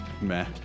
Meh